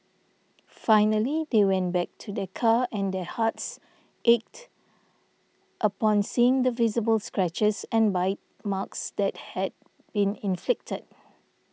finally they went back to their car and their hearts ached upon seeing the visible scratches and bite marks that had been inflicted